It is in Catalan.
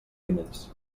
diners